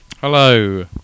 Hello